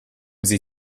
sie